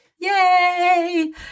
Yay